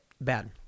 bad